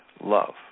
love